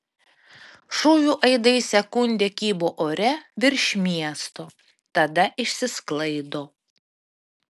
šūvių aidai sekundę kybo ore virš miesto tada išsisklaido